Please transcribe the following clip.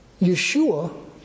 Yeshua